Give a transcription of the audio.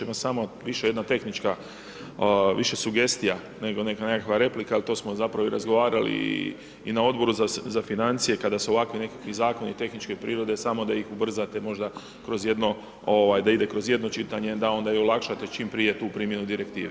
Ma samo više jedna tehnička više sugestija, nego nekakva replika, ali to smo zapravo i razgovarali i na Odboru za financije kada su ovakvi nekakvi zakoni tehničke prirode samo da ih ubrzate možda kroz jedno, da ide kroz jedno čitanje, da onda i olakšate čim prije tu primjenu direktive.